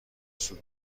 سود